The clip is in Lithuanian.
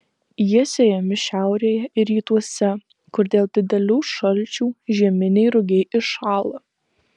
jie sėjami šiaurėje ir rytuose kur dėl didelių šalčių žieminiai rugiai iššąla